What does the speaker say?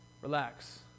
Relax